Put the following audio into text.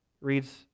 reads